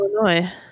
Illinois